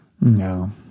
No